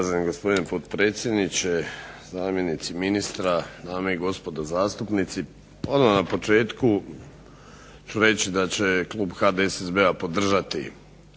Uvaženi gospodine potpredsjedniče, zamjenici ministra, dame i gospodo zastupnici. Odmah na početku ću reći da će klub HDSSB-a podržati